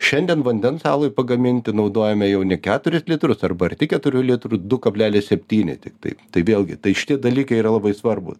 šiandien vandens alui pagaminti naudojame jau ne keturis litrus arba arti keturių litrų du kablelis septyni tiktai tai vėlgi tai šitie dalykai yra labai svarbūs